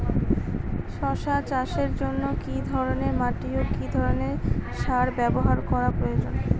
শশা চাষের জন্য কি ধরণের মাটি ও কি ধরণের সার ব্যাবহার করা প্রয়োজন?